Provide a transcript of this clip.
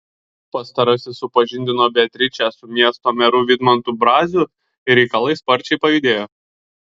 pastarasis supažindino beatričę su miesto meru vidmantu braziu ir reikalai sparčiai pajudėjo